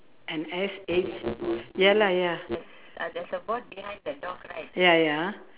and S H ya lah ya ya ya